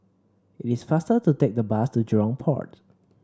it is faster to take the bus to Jurong Port